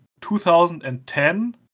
2010